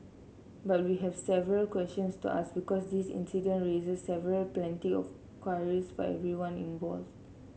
but we have several questions to ask because this incident raises several plenty of queries for everyone involved